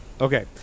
Okay